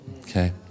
okay